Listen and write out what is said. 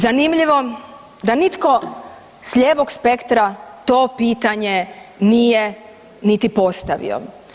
Zanimljivo da nitko s lijevog spektra to pitanje nije niti postavio.